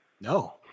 No